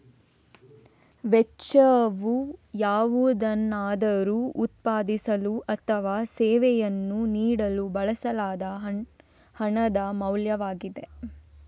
ವೆಚ್ಚವು ಯಾವುದನ್ನಾದರೂ ಉತ್ಪಾದಿಸಲು ಅಥವಾ ಸೇವೆಯನ್ನು ನೀಡಲು ಬಳಸಲಾದ ಹಣದ ಮೌಲ್ಯವಾಗಿದೆ